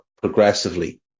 progressively